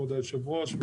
כבוד היושב-ראש,